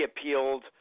appealed